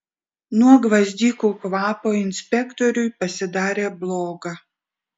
nuo gvazdikų kvapo inspektoriui pasidarė bloga